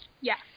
Yes